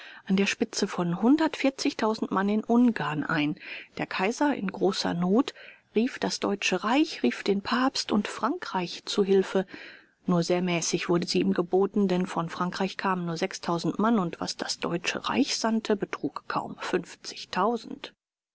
an der spitze von hundertundvierzigtausend mann in ungarn ein der kaiser in großer not rief das deutsche reich rief den papst und frankreich zu hilfe nur sehr mäßig wurde sie ihm geboten denn von frankreich kamen nur sechstausend mann und was das deutsche reich sandte betrug kaum fünfzigtausend